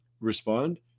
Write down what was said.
respond